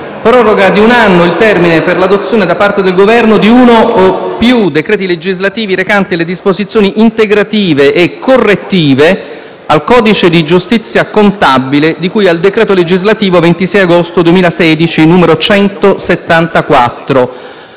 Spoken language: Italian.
proroga di un anno il termine per l'adozione, da parte del Governo, di uno o più decreti legislativi recanti le disposizioni integrative e correttive al codice di giustizia contabile, di cui al decreto legislativo 26 agosto 2016, n. 174.